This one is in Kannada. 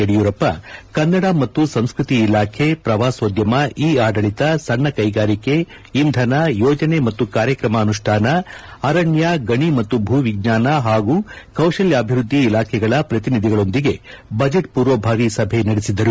ಯಡಿಯೂರಪ್ಪ ಕನ್ನಡ ಮತ್ತು ಸಂಸ್ಕತಿ ಇಲಾಖೆ ಪ್ರವಾಸೋದ್ಯಮ ಇ ಆಡಳಿತ ಸಣ್ಣ ಕೈಗಾರಿಕೆ ಇಂಧನ ಯೋಜನೆ ಮತ್ತು ಕಾರ್ಯಕ್ರಮ ಅನುಷ್ಠಾನ ಅರಣ್ಯ ಗಣಿ ಮತ್ತು ಭೂ ವಿಜ್ಞಾನ ಹಾಗೂ ಕೌಶಲ್ಯಾಭಿವೃದ್ಧಿ ಇಲಾಖೆಗಳ ಪ್ರತಿನಿಧಿಗಳೊಡನೆ ಬಜೆಟ್ ಪೂರ್ವಭಾವಿ ಸಭೆ ನಡೆಸಿದರು